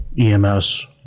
EMS